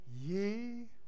Ye